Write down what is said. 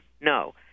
No